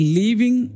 leaving